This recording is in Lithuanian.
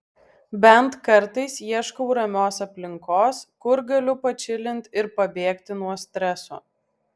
bent kartais ieškau ramios aplinkos kur galiu pačilint ir pabėgti nuo streso